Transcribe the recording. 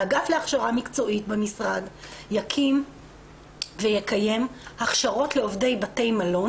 האגף להכשרה מקצועית במשרד יקים ויקיים הכשרות לעובדי בתי מלון